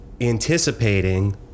anticipating